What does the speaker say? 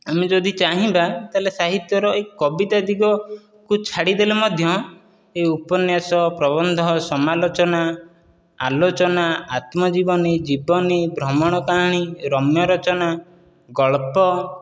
ଆମେ ଯଦି ଚାହିଁବା ତା'ହାଲେ ସାହିତ୍ୟର ଏ କବିତା ଦିଗକୁ ଛାଡ଼ିଦେଲେ ମଧ୍ୟ ଏହି ଉପନ୍ୟାସ ପ୍ରବନ୍ଧ ସମାଲୋଚନା ଆଲୋଚନା ଆତ୍ମଜୀବନୀ ଜୀବନୀ ଭ୍ରମଣ କାହାଣୀ ରମ୍ୟ ରଚନା ଗଳ୍ପ